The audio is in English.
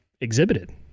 exhibited